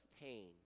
pain